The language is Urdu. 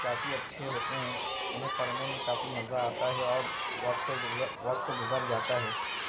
کافی اچھے ہوتے ہیں انہیں پڑھنے میں کافی مزہ آتا ہے اور وقت گزر وقت گزر جاتا ہے